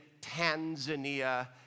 tanzania